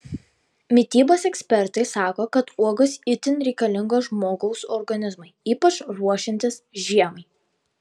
mitybos ekspertai sako kad uogos itin reikalingos žmogaus organizmui ypač ruošiantis žiemai